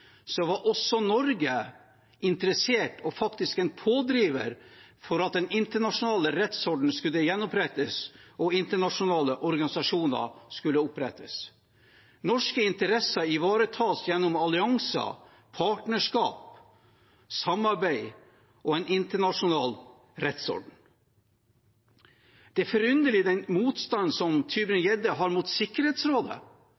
var også Norge interessert i og faktisk en pådriver for at den internasjonale rettsorden skulle gjenopprettes, og at internasjonale organisasjoner skulle opprettes. Norske interesser ivaretas gjennom allianser, partnerskap, samarbeid og en internasjonal rettsorden. Den motstanden som